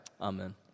amen